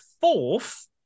fourth